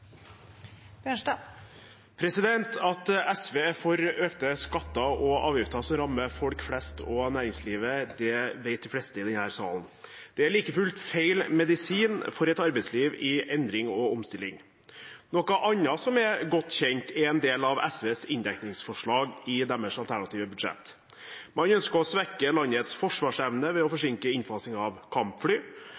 det. At SV er for økte skatter og avgifter, som rammer folk flest og næringslivet, vet de fleste i denne salen. Det er like fullt feil medisin for et arbeidsliv i endring og omstilling. Noe annet som er godt kjent, er en del av SVs inndekningsforslag i deres alternative budsjett. Man ønsker å svekke landets forsvarsevne ved å